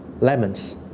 lemons